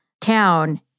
town